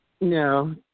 No